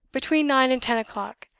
between nine and ten o'clock?